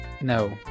No